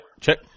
check